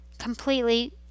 completely